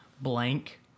blank